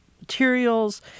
materials